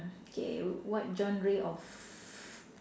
K what genre of